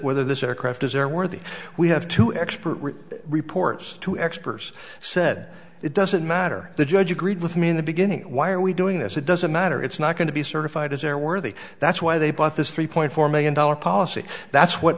whether this aircraft is airworthy we have two expert reports two experts said it doesn't matter the judge agreed with me in the beginning why are we doing this it doesn't matter it's not going to be certified as airworthy that's why they bought this three point four million dollars policy that's what